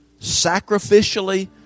sacrificially